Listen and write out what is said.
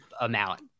amount